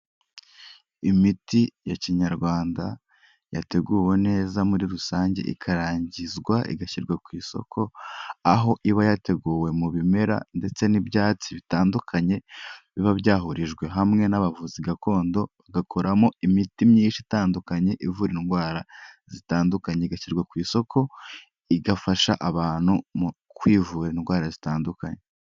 Imiti ya kinyarwanda, yateguwe neza muri rusange ikarangizwa igashyirwa ku isoko aho iba yateguwe mu bimera ndetse n'ibyatsi bitandukanye biba byahurijwe hamwe n'abavuzi gakondo, bagakoramo imiti myinshi itandukanye ivura indwara zitandukanye, igashyirwa ku isoko, igafasha abantu mu kwivura indwara zitandukanye.